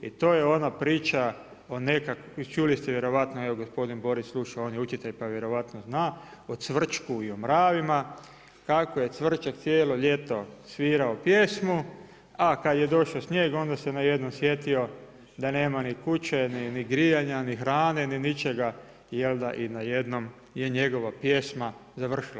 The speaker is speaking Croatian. I to je ona priča i čuli ste vjerojatno, evo gospodin Boris sluša, on je učitelj pa vjerojatno zna o cvrčku i o mravima kako je cvrčak cijelo ljeto svirao pjesmu, a kad je došao snijeg onda se najednom sjetio da nema ni kuće, ni grijanja, ni hrane ni ničega i najednom je njegova pjesma završila.